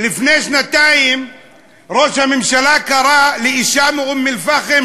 לפני שנתיים ראש הממשלה קרא לאישה מאום-אלפחם,